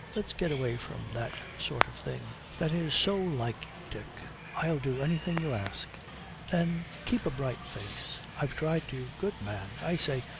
let's get away from that sort of thing that is so like you, dick! i'll do anything you ask then keep a bright face i've tried to good man! i say,